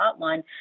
hotline